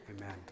Amen